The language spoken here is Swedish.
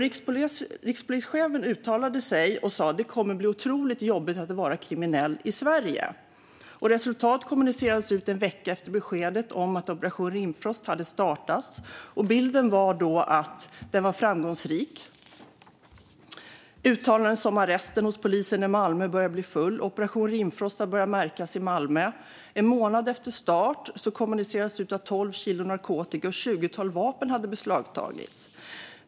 Rikspolischefen uttalade sig och sa: "Det kommer bli otroligt jobbigt att vara kriminell i Sverige." Resultat kommunicerades ut en vecka efter beskedet om att Operation Rimfrost hade startats. Bilden var då att den var framgångsrik. Uttalanden gjordes om att arresten hos polisen i Malmö började bli full och att Operation Rimfrost hade börjat märkas i Malmö. En månad efter start kommunicerades det ut att tolv kilo narkotika och ett tjugotal vapen hade beslagtagits.